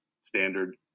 standard